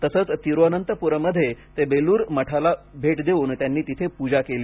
तसच तिरुअनंतपुरममध्ये ते बेलूर मठाला भेट देवून तिथे पूजा केली